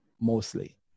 mostly